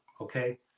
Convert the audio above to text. okay